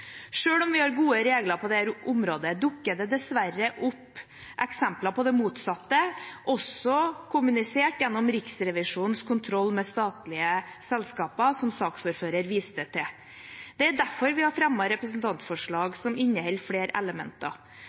om vi har gode regler på dette området, dukker det dessverre opp eksempler på det motsatte, også kommunisert gjennom Riksrevisjonens kontroll med statlige selskaper, som saksordføreren viste til. Det er derfor vi har fremmet et representantforslag som inneholder flere elementer.